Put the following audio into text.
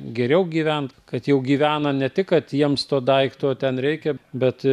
geriau gyvent kad jau gyvena ne tik kad jiems to daikto ten reikia bet